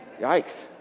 Yikes